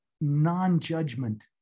non-judgment